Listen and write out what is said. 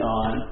on